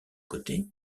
côté